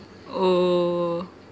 oh